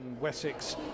Wessex